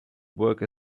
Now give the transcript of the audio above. work